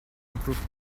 improved